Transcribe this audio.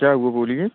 क्या हुआ बोलिए